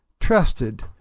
trusted